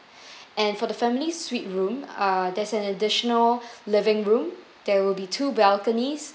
and for the family suite room uh there's an additional living room there will be two balconies